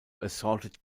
assaulted